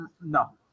No